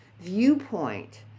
viewpoint